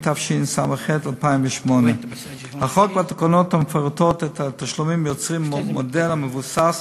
התשס"ח 2008. החוק והתקנות המפרטות את התשלומים יוצרים מודל המבוסס